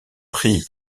prix